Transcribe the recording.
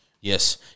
Yes